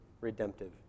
redemptive